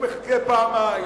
הוא מחכה פעמיים,